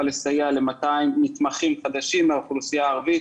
אלא לנסות לזהות איפה רמת האבטלה גבוהה יותר,